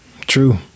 True